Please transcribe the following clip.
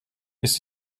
ist